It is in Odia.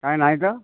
କାଇଁ ନାଇଁ ତ